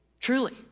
Truly